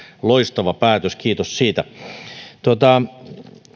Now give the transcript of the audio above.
loistava päätös kiitos siitä